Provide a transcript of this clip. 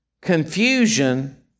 confusion